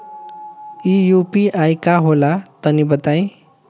इ यू.पी.आई का होला तनि बताईं?